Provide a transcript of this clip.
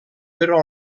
però